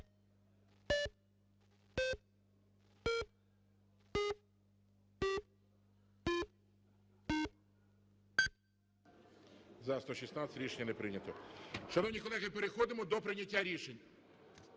За-116 Рішення не прийнято. Шановні колеги, переходимо до прийняття рішення.